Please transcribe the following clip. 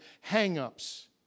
hang-ups